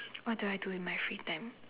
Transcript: what do I do in my free time